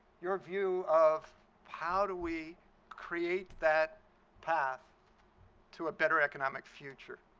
your view of how do we create that path to a better economic future.